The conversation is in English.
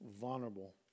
vulnerable